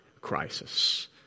crisis